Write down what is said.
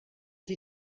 sie